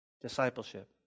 Discipleship